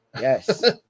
Yes